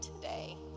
today